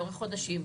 לאורך חודשים,